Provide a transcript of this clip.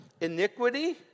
iniquity